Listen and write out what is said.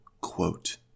quote